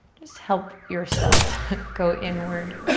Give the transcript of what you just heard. just help yourself go inward.